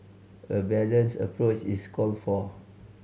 a balanced approach is called for